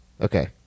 Okay